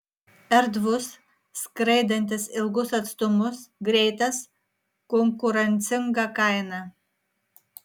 erdvus skraidantis ilgus atstumus greitas konkurencinga kaina